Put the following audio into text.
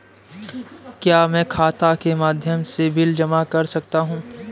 क्या मैं खाता के माध्यम से बिल जमा कर सकता हूँ?